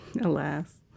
Alas